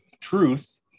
truth